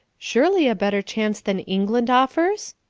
surely a better chance than england offers?